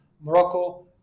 Morocco